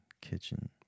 Kitchen